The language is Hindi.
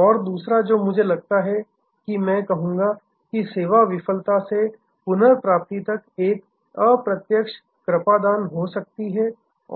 और दूसरा जो मुझे लगता है कि मैं कहूंगा कि सेवा विफलता से पुनर्प्राप्ति कैसे एक अप्रत्यक्ष कृपादान हो सकती है